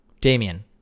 damien